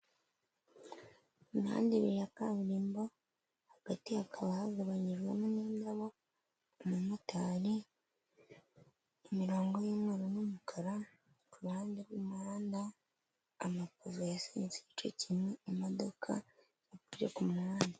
Imihanda ibiri ya kaburimbo hagati hakaba hagabanyijwemo n'indabo, umumotari, imirongo y'umweru n'umukara ku ruhande rw'umuhanda, amapave yasenyutse igice kimwe, imodoka yapfiriye ku muhanda.